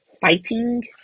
fighting